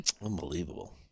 Unbelievable